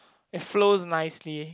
it flows nicely